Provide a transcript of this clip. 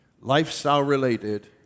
Lifestyle-related